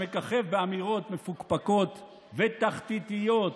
שמככב באמירות מפוקפקות ותחתיתיות